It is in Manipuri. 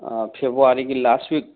ꯐꯦꯕꯋꯥꯔꯤꯒꯤ ꯂꯥꯁ ꯋꯤꯛ